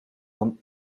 dan